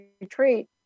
retreat